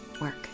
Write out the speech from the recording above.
Work